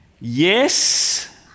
Yes